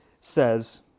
says